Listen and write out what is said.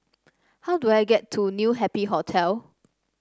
how do I get to New Happy Hotel